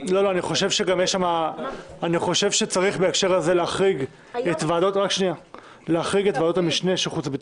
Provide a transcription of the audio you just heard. שצריך בהקשר הזה להחריג את ועדות המשנה של חוץ וביטחון.